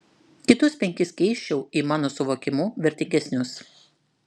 kitus penkis keisčiau į mano suvokimu vertingesnius